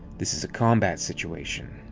this is acombat situation.